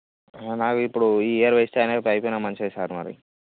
నాకు ఇప్పుడు ఈ ఇయర్ వేస్ట్ అయిన ఇప్పుడు అయిపోయిన మంచిదే సార్ మరి